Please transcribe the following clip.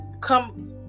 come